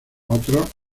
otros